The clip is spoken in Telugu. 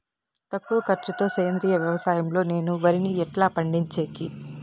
తక్కువ ఖర్చు తో సేంద్రియ వ్యవసాయం లో నేను వరిని ఎట్లా పండించేకి?